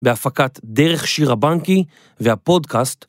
בהפקת דרך שירה בנקי והפודקאסט...